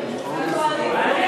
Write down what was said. בעד,